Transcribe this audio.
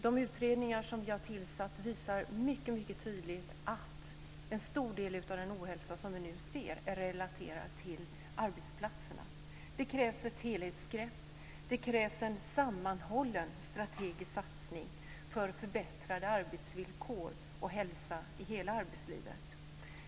De utredningar som vi har tillsatt visar mycket tydligt att en stor del av den ohälsa som vi nu ser är relaterad till arbetsplatserna. Det krävs ett helhetsgrepp. Det krävs en sammanhållen strategisk satsning för förbättrade arbetsvillkor och hälsa i hela arbetslivet.